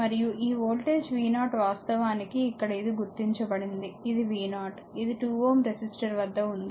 మరియు ఈ voltage v0 వాస్తవానికి ఇక్కడ ఇది గుర్తించబడింది ఇది v0 ఇది 2 Ω రెసిస్టర్ వద్ద ఉంది